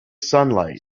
sunlight